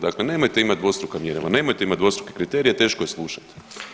Dakle, nemojte imati dvostruka mjerila, nemojte imati dvostruke kriterije teško je slušat.